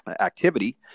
activity